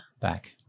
Back